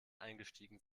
eingestiegen